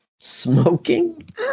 Smoking